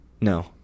No